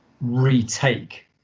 retake